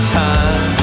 time